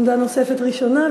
עמדה נוספת ראשונה,